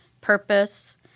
purpose